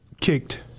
kicked